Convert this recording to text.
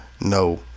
No